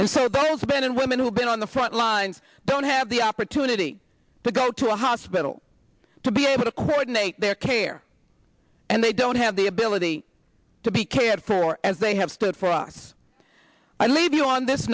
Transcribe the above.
spend and women who've been on the frontlines don't have the opportunity to go to a hospital to be able to coordinate their care and they don't have the ability to be cared for as they have stood for us i leave you on this